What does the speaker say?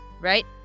right